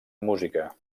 música